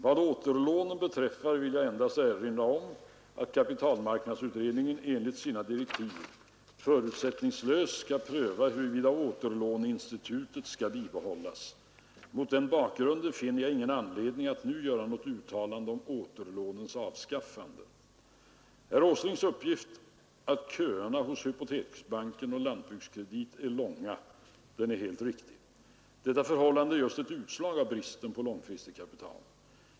Vad återlånen beträffar vill jag endast erinra om att kapitalmarknadsutredningen enligt sina direktiv förusättningslöst skall pröva huruvida återlåneinstitutet skall bibehållas. Mot den bakgrunden finner jag inte anledning att nu göra något uttalande om återlånens avskaffande. Herr Åslings uppgift att köerna hos Hypoteksbanken och Lantbrukskredit är långa är helt riktig. Detta förhållande är just ett utslag av bristen på långfristigt kapital.